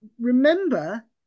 remember